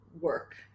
work